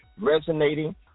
resonating